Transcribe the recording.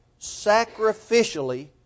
sacrificially